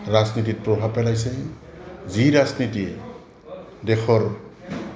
ৰাজনীতিত প্ৰভাৱ পেলাইছে যি ৰাজনীতিয়ে দেশৰ